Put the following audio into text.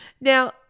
Now